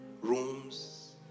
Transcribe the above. rooms